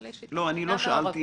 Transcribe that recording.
יש בעלי שליטה שאינם מעורבים.